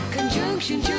Conjunction